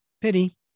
Pity